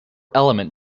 element